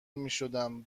میشدم